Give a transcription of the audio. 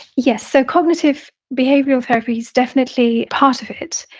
yes. so cognitive behavioral therapy is definitely part of it.